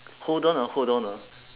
hold on ah hold on ah